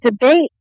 debate